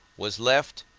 was left,